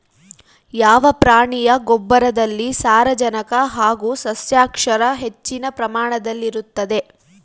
ಯಾವ ಪ್ರಾಣಿಯ ಗೊಬ್ಬರದಲ್ಲಿ ಸಾರಜನಕ ಹಾಗೂ ಸಸ್ಯಕ್ಷಾರ ಹೆಚ್ಚಿನ ಪ್ರಮಾಣದಲ್ಲಿರುತ್ತದೆ?